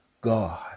God